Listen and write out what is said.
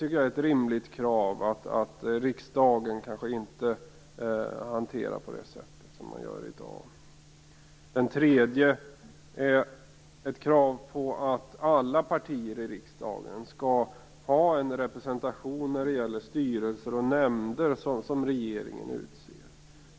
Det är ett rimligt krav att riksdagen inte hanterar den frågan på det sätt som man gör i dag. Den tredje reservationen innehåller ett krav på att alla partier i riksdagen skall ha representation i de styrelser och nämnder som utses av regeringen.